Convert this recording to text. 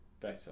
better